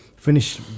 finish